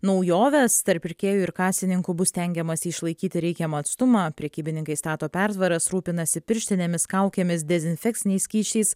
naujoves tarp pirkėjų ir kasininkų bus stengiamasi išlaikyti reikiamą atstumą prekybininkai stato pertvaras rūpinasi pirštinėmis kaukėmis dezinfekciniais skysčiais